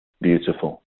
beautiful